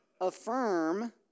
affirm